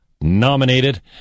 nominated